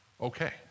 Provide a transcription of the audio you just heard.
okay